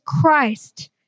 Christ